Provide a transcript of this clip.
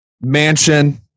Mansion